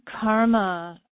karma